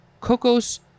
Cocos